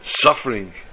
suffering